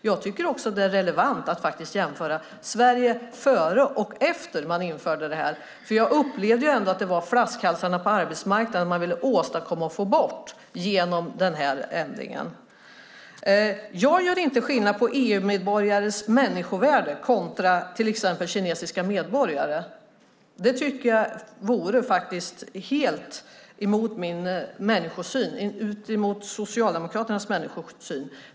Jag tycker också att det är relevant att jämföra hur det varit i Sverige innan och efter man införde det här. För jag upplevde ändå att det var flaskhalsarna på arbetsmarknaden som man ville få bort genom den här ändringen. Jag gör inte skillnad på EU-medborgares människovärde kontra till exempel kinesiska medborgares. Det vore faktiskt helt emot min människosyn och emot Socialdemokraternas människosyn.